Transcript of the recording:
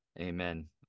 Amen